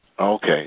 Okay